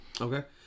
Okay